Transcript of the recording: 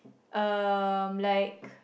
um like